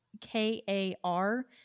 K-A-R-